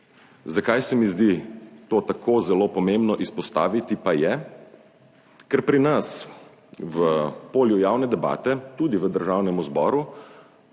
Zakaj se mi zdi to tako zelo pomembno izpostaviti, pa je, ker pri nas v polju javne debate tudi v Državnem zboru